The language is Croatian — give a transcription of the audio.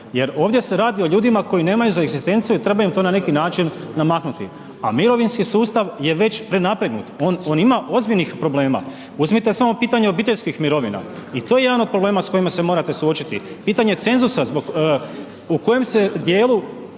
jer ovdje se radi o ljudima koji nemaju egzistenciju i treba im to na neki način namaknuti. A mirovinski sustav je već prenategnut, on ima ozbiljnih problema. Uzmite samo pitanje obiteljskih mirovina, i to je jedan od problema s kojima se morate suočiti, pitanje cenzusa u kojem se djelu